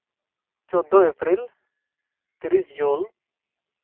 ᱪᱳᱫᱫᱳ ᱮᱯᱨᱤᱞ ᱛᱤᱨᱤᱥ ᱡᱩᱱ